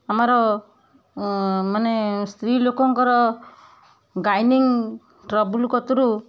ଆମର ମାନେ ସ୍ତ୍ରୀଲୋକଙ୍କର ଗାଇନିଂ ଟ୍ରବୁଲ୍ କତୁରୁ